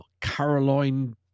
Caroline